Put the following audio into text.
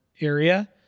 area